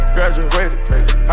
Graduated